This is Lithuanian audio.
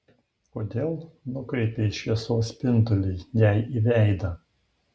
kodėl nukreipei šviesos spindulį jai į veidą